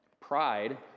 pride